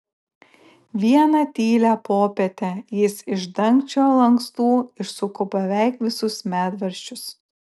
vieną tylią popietę jis iš dangčio lankstų išsuko beveik visus medvaržčius